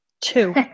Two